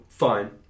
fine